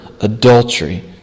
adultery